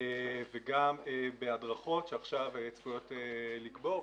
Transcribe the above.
וגם בהדרכות שעכשיו צפויות לגבור,